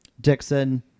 Dixon